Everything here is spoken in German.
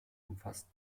umfasst